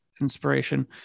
inspiration